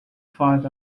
thought